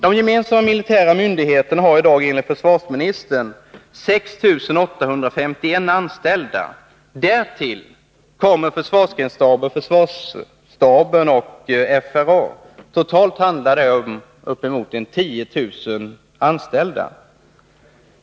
De gemensamma militära myndigheterna har i dag, enligt försvarsministern, 6851 anställda. Därtill kommer försvarsgrensstaberna, försvarsstaben och FRA. Totalt handlar det om ca 10 000 anställda.